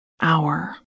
hour